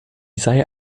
sei